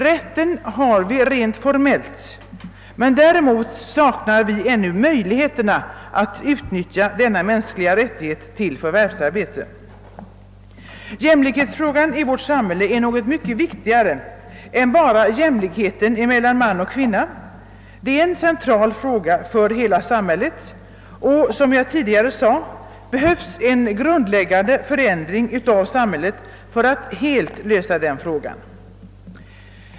Rätten har vi rent formellt, men däremot saknar vi ännu möjligheterna att utnyttja denna mänskliga rättighet till förvärvsarbete. Jämlikhetsfrågan i vårt samhälle är något mycket viktigare än bara en fråga om jämlikhet mellan man och kvinna. Detta är en central fråga för hela samhället, och som jag tidigare sade behövs det en grundläggande förändring av hela samhället för att den frågan helt skall kunna lösas.